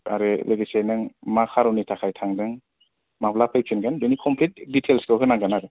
आरो लोगोसे नों मा खारननि थाखाय थांदों माब्ला फैफिनगोन बिनि कमप्लिट डिटेल्सखौ होनांगोन आरो